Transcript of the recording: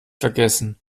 vergessen